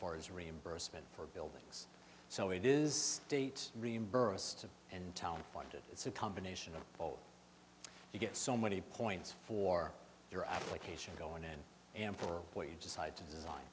as reimbursement for buildings so it is state reimbursed and town funded it's a combination of both you get so many points for your application going in and for what you decide to design